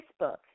Facebook